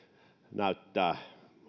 näyttää selvästi